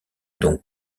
donc